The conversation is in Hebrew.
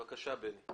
בבקשה, בני כשריאל.